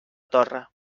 torre